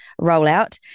rollout